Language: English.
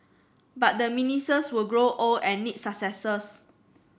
but the ministers will grow old and need successors